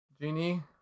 Genie